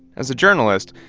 as a journalist,